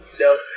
no